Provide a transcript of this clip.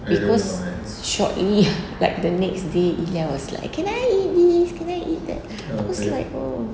because shortly like the next day ilan was like can I eat this can I eat that I was like oh